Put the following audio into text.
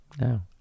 No